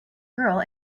girl